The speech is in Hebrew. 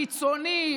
קיצוני.